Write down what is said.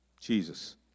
Jesus